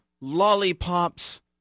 lollipops